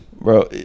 Bro